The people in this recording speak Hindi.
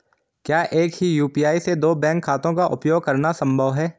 क्या एक ही यू.पी.आई से दो बैंक खातों का उपयोग करना संभव है?